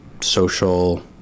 social